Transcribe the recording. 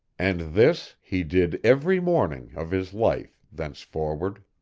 and this he did every morning of his life thenceforward.